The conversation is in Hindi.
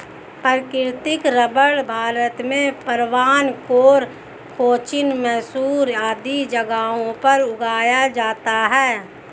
प्राकृतिक रबर भारत में त्रावणकोर, कोचीन, मैसूर आदि जगहों पर उगाया जाता है